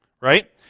Right